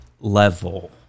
level